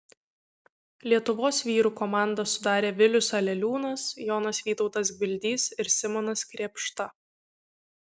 lietuvos vyrų komandą sudarė vilius aleliūnas jonas vytautas gvildys ir simonas krėpšta